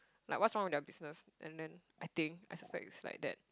like what's wrong with their business and then I think I suspect is like that